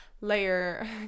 layer